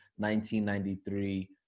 1993